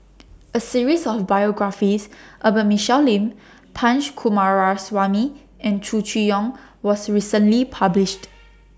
A series of biographies about Michelle Lim Punch Coomaraswamy and Chow Chee Yong was recently published